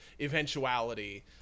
eventuality